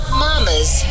mama's